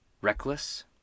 reckless